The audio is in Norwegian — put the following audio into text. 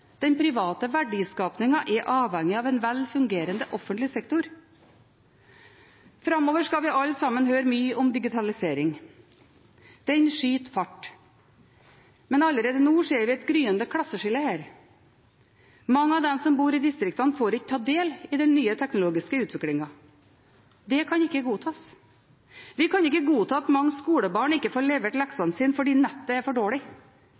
Den private verdiskapingen er avhengig av en velfungerende offentlig sektor. Framover skal vi alle sammen høre mye om digitalisering. Den skyter fart. Men allerede nå ser vi et gryende klasseskille her. Mange av dem som bor i distriktene, får ikke ta del i den nye teknologiske utviklingen. Det kan ikke godtas. Vi kan ikke godta at mange skolebarn ikke får levert leksene sine fordi nettet er for dårlig.